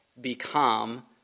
become